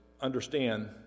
understand